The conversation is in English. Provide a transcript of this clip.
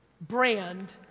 Brand